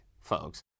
folks